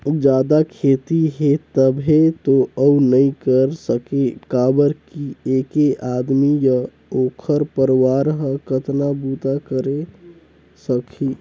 जादा खेती हे तभे तो अउ नइ कर सके काबर कि ऐके आदमी य ओखर परवार हर कतना बूता करे सकही